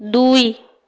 দুই